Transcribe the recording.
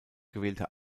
gewählter